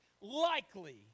likely